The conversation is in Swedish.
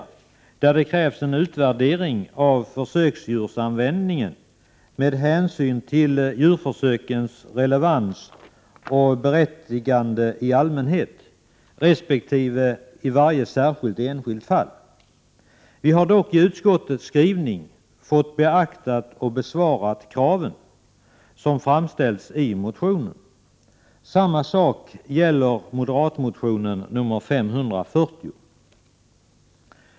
I den motionen kräver motionärerna en utvärdering av användningen av försöksdjur med hänsyn till djurförsökens relevans och berättigande i allmänhet resp. i varje enskilt fall. Av utskottets skrivning framgår emellertid att man har beaktat de krav som framställdes i motionen. Samma sak gäller moderatmotion 540.